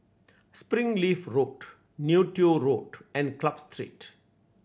Springleaf Road Neo Tiew Road and Club Street